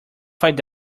find